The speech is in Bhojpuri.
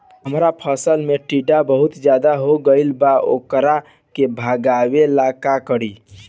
हमरा फसल में टिड्डा बहुत ज्यादा हो गइल बा वोकरा के भागावेला का करी?